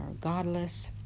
godless